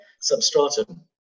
substratum